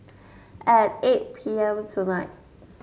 at eight P M tonight